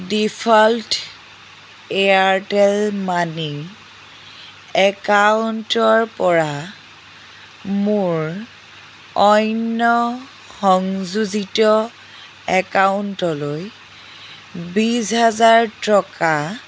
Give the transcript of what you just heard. default Airtel money একাউণ্টৰপৰা মোৰ অন্য সংযোজিত একাউণ্টলৈ বিছ হাজাৰ টকা